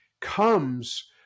comes